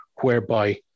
whereby